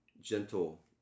gentle